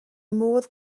modd